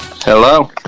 Hello